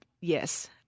yes